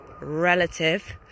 relative